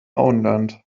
auenland